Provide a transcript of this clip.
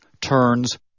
turns